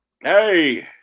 Hey